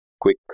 Quick